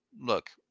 look